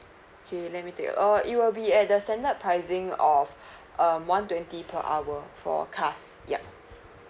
okay let me take a err it will be at the standard pricing of um one twenty per hour for cars yup